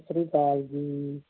ਸਤਿ ਸ਼੍ਰੀ ਅਕਾਲ ਜੀ